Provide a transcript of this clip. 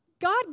God